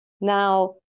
Now